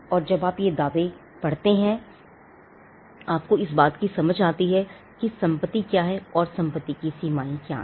और जब आप ये दावे पढ़ते हैंआपको इस बात की समझ आती है कि संपत्ति क्या है और संपत्ति की सीमाएं क्या हैं